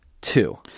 Two